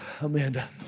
Amanda